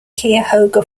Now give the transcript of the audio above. cuyahoga